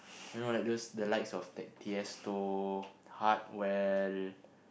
you know like those the likes of like the Tiesto Hardwell